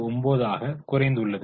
59 ஆக குறைந்துள்ளது